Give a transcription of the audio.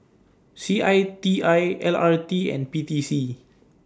C I T I L R T and P T C